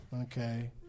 Okay